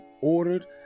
ordered